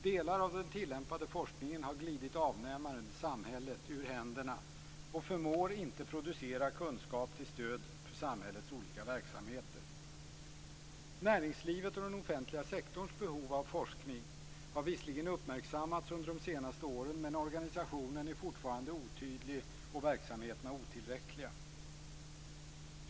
Delar av den tillämpade forskningen har glidit avnämaren, samhället, ur händerna och förmår inte producera kunskap till stöd för samhällets olika verksamheter. Näringslivets och den offentliga sektorns behov av forskning har visserligen uppmärksammats under de senaste åren, men organisationen är fortfarande otydlig och verksamheterna otillräckliga.